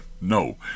No